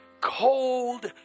cold